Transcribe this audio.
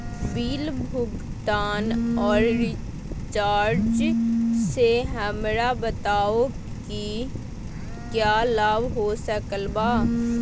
Bill भुगतान और recharge से हमरा बताओ कि क्या लाभ हो सकल बा?